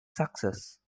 success